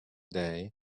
day